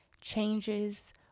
changes